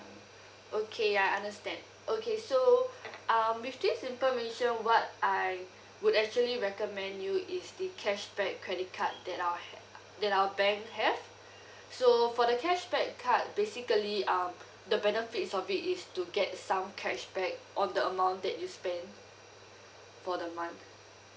okay I understand okay so um with this information what I would actually recommend you is the cashback credit card that our that our bank have so for the cashback card basically um the benefits of it is to get some cashback on the amount that you spend for the month